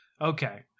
Okay